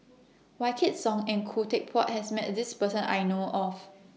Wykidd Song and Khoo Teck Puat has Met This Person I know of